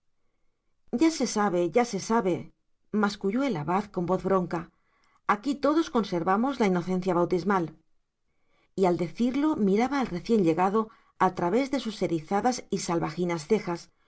ya se sabe ya se sabe masculló el abad en voz bronca aquí todos conservamos la inocencia bautismal y al decirlo miraba al recién llegado al través de sus erizadas y salvajinas cejas